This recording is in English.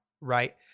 right